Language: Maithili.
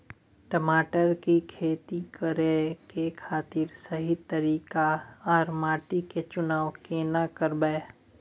टमाटर की खेती करै के खातिर सही तरीका आर माटी के चुनाव केना करबै?